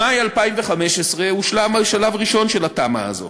במאי 2015 הושלם השלב הראשון של התמ"א הזאת,